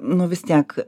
nu vis tiek